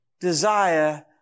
desire